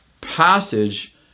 passage